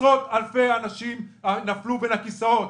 עשרות-אלפי אנשים נפלו בין הכיסאות.